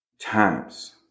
times